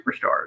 superstars